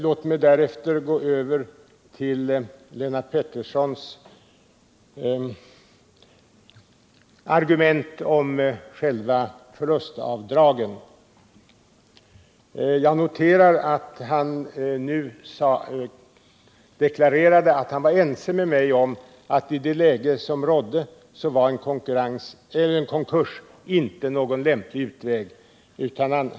Låt mig därefter gå över till Lennart Petterssons argument om själva förlustavdragen. Jag noterar att han nu deklarerat att han är ense med mig om att en konkurs inte var någon lämplig utväg i det läge som rådde.